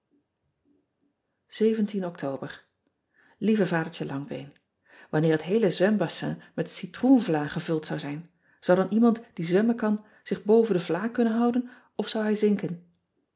ctober ieve adertje angbeen anneer het heele zwembassin met citroenvla gevuld zou zijn zou dan iemand die zwemmen kan zich boven de vla kunnen houden of zou hij zinken